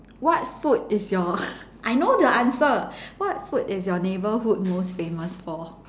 what food is your I know the answer what food is your neighbourhood most famous for